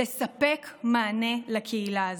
לספק מענה לקהילה הזו.